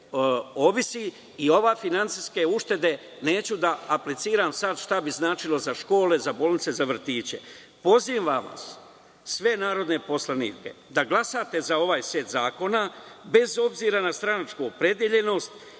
i ove finansijske uštede. Neću da apliciram sad šta bi značilo za škole, za bolnice, za vrtiće. Pozivam vas, sve narodne poslanike, da glasate za ovaj set zakona, bez obzira na stranačku opredeljenost